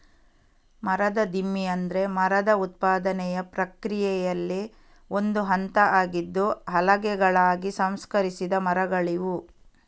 ಮರದ ದಿಮ್ಮಿ ಅಂದ್ರೆ ಮರದ ಉತ್ಪಾದನೆಯ ಪ್ರಕ್ರಿಯೆಯಲ್ಲಿ ಒಂದು ಹಂತ ಆಗಿದ್ದು ಹಲಗೆಗಳಾಗಿ ಸಂಸ್ಕರಿಸಿದ ಮರಗಳಿವು